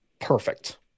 perfect